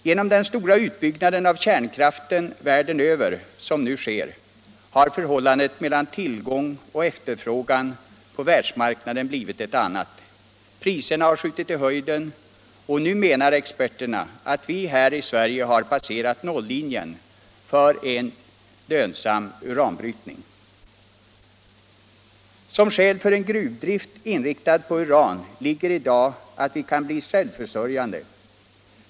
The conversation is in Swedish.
Genom den stora utbyggnad av kärnkraften som nu sker världen över har förhållandet mellan tillgång och efterfrågan på världsmarknaden blivit ett annat. Priserna har skjutit i höjden, och nu menar experterna att vi här i Sverige har passerat nollinjen för en lönsam uranbrytning. Som skäl för en gruvdrift inriktad på uran ligger i dag att vi kan bli självförsörjande.